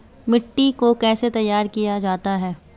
मिट्टी को कैसे तैयार किया जाता है?